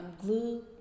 glue